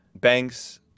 banks